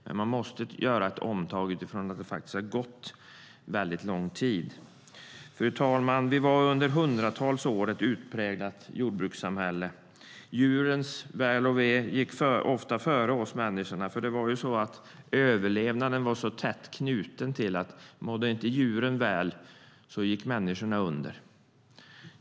Men man måste göra ett omtag utifrån att det har gått väldigt lång tid. Fru talman! Sverige var under hundratals år ett utpräglat jordbrukssamhälle. Djurens väl och ve gick ofta före människornas. Överlevnaden var så tätt knuten till djuren. Om inte djuren mådde väl gick människorna under.